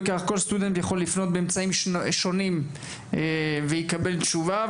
ובכך כל סטודנט יכול לפנות באמצעים שונים ויקבל תשובה.